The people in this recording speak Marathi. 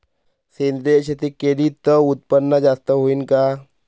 सेंद्रिय शेती केली त उत्पन्न जास्त होईन का?